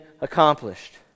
accomplished